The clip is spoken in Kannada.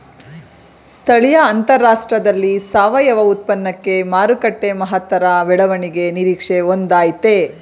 ಸ್ಥಳೀಯ ಅಂತಾರಾಷ್ಟ್ರದಲ್ಲಿ ಸಾವಯವ ಉತ್ಪನ್ನಕ್ಕೆ ಮಾರುಕಟ್ಟೆ ಮಹತ್ತರ ಬೆಳವಣಿಗೆ ನಿರೀಕ್ಷೆ ಹೊಂದಯ್ತೆ